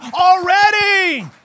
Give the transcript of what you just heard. already